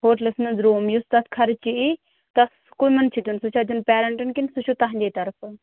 hotels منٛز room یُس تتھ خَرچہٕ یِیہِ تَتھ کٔمَن چھُ دٮُ۪ن سُہ چھا دٮُ۪ن پیرَنٹن کِنہٕ سُہ چھُ تُہٕندے طَرفہٕ